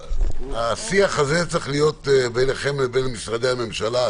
השיח הזה צריך להיות ביניכם לבין משרדי הממשלה.